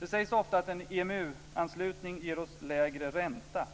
Det sägs ofta att en EMU-anslutning ger oss lägre ränta.